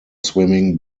swimming